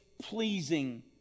pleasing